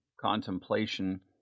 contemplation